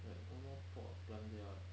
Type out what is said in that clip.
like one more pot of plant there [what]